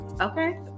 Okay